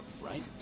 right